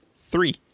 Three